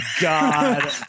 God